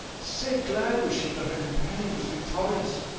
sae glad was she that her companion was victorious.